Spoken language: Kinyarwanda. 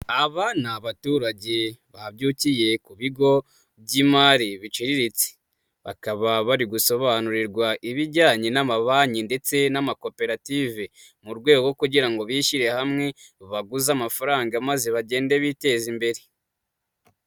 Aba ni abaturage babyukiye ku bigo by'imari biciriritse bakaba bari gusobanurirwa ibijyanye n'amabanki ndetse n'amakoperative mu rwego kugira ngo bishyire hamwe, baguze amafaranga maze bagende biteza imbere.